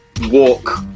walk